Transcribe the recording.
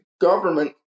government